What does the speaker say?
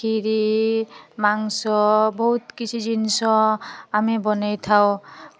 କ୍ଷିରୀ ମାଂସ ବହୁତ କିଛି ଜିନିଷ ଆମେ ବନାଇଥାଉ